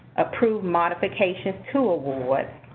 approve modifications to awards.